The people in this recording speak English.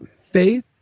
Faith